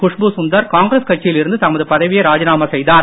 குஷ்பு சுந்தர் காங்கிரஸ் கட்சியில் இருந்து தமது பதவியை ராஜினாமா செய்தார்